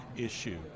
issue